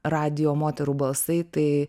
radijo moterų balsai tai